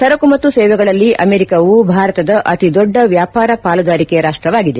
ಸರಕು ಮತ್ತು ಸೇವೆಗಳಲ್ಲಿ ಅಮೆರಿಕವು ಭಾರತದ ಅತಿದೊಡ್ಡ ವ್ಯಾಪಾರ ಪಾಲುದಾರಿಕೆ ರಾಷ್ಟವಾಗಿದೆ